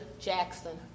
Jackson